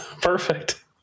perfect